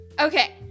Okay